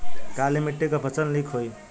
काली मिट्टी क फसल नीक होई?